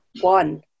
one